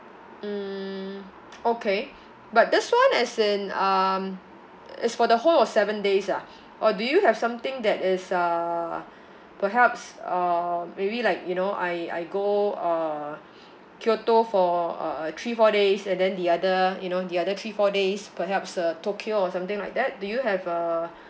mm okay but this one as in um it's for the whole of seven days ah or do you have something that is uh perhaps um maybe like you know I I go uh kyoto for uh uh three four days and then the other you know the other three four days perhaps uh tokyo or something like that do you have uh